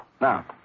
Now